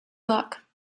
luck